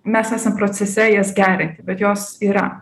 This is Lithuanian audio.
mes esam procese jas gerinti bet jos yra